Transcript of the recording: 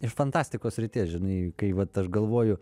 iš fantastikos srities žinai kai vat aš galvoju